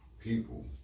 People